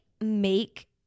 make